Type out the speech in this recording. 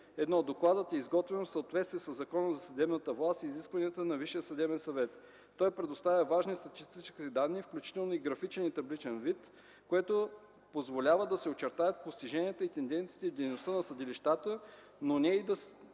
години: 1. Докладът е изготвен в съответствие със Закона за съдебната власт и изискванията на Висшия съдебен съвет. Той представя важни статистически данни, включително в графичен и табличен вид, което позволява да се очертаят постиженията и тенденциите в дейността на съдилищата, но и да